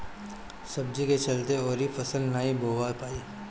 सब्जी के चलते अउर फसल नाइ बोवा पाई